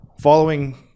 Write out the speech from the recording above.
following